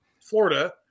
Florida